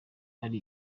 ari